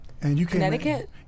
Connecticut